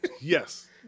Yes